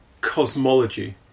cosmology